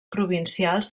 provincials